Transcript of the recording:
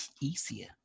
easier